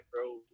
bro